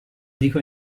dico